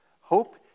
hope